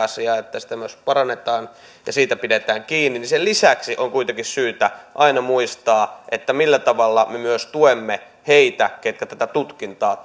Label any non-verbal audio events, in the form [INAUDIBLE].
asia että sitä myös parannetaan ja siitä pidetään kiinni lisäksi on kuitenkin syytä aina muistaa millä tavalla me myös tuemme heitä ketkä tätä tutkintaa [UNINTELLIGIBLE]